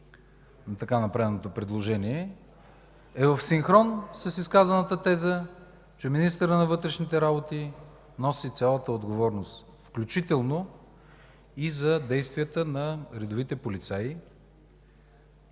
на направеното предложение е в синхрон с изказаната теза, че министърът на вътрешните работи носи цялата отговорност, включително и за действията на редовите полицаи